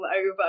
over